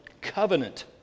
covenant